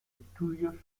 estudios